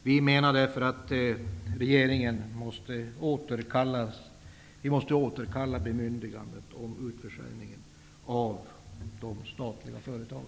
Vi menar därför att bemyndigandet att utförsälja de statliga företagen måste återkallas.